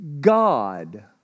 God